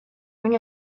bring